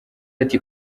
ati